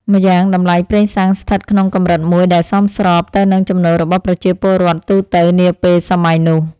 ម្យ៉ាងតម្លៃប្រេងសាំងស្ថិតក្នុងកម្រិតមួយដែលសមស្របទៅនឹងចំណូលរបស់ប្រជាពលរដ្ឋទូទៅនាពេលសម័យនោះ។